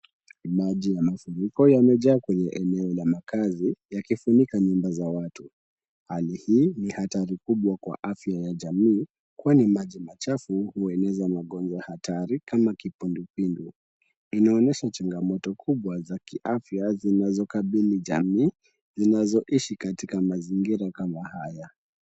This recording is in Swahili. Maji ya mafuriko yamejaa kwenye eneo la makaazi yakifunika nyumba za watu. Hali hii ni hatari kubwa kwa afya ya jamii kwani maji machafu hueneza magonjwa hatari kama kipindupindu. Inaonyesha changamoto kubwa za kiafya zinazokabili jamii zinazoishi katika mazingira kama haya.